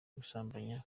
gusambanya